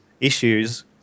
issues